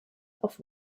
off